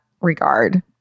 regard